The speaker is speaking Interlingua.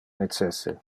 necesse